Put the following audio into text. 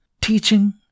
Teaching